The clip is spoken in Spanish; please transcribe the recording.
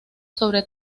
sobre